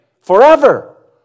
forever